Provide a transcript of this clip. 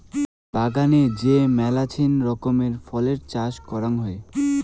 বাগানে যে মেলাছেন রকমের ফল চাষ করাং হই